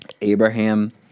Abraham